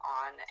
on